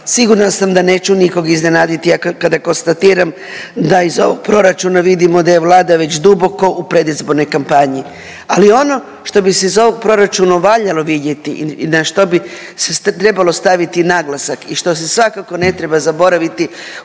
sigurna sam da neću nikog iznenaditi kada konstatiram da iz ovog proračuna vidimo da je Vlada duboko u predizbornoj kampanji, ali ono što bi se iz ovog proračuna valjalo vidjeti i na što bi trebalo staviti naglasak i što se svakako ne treba zaboraviti